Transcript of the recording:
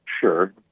Sure